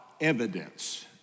evidence